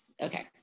okay